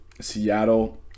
Seattle